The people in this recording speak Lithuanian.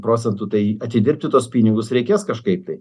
procentų tai atidirbti tuos pinigus reikės kažkaip tai